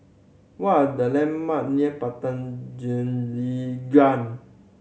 what are the landmark near Padang